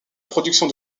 production